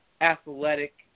athletic